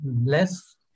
less